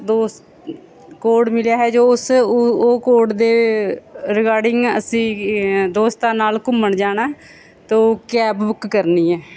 ਦੋਸਤ ਕੋਡ ਮਿਲਿਆ ਹੈ ਜੋ ਉਸ ਉਹ ਕੋਡ ਦੇ ਰਿਗਾਰਡਿੰਗ ਅਸੀਂ ਦੋਸਤਾਂ ਨਾਲ ਘੁੰਮਣ ਜਾਣਾ ਤਾਂ ਕੈਬ ਬੁੱਕ ਕਰਨੀ ਹੈ